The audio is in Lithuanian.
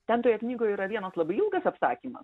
ten toje knygoj yra vienas labai ilgas apsakymas